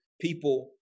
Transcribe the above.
people